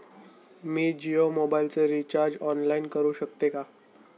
मी जियो मोबाइलचे recharge online करू शकते का?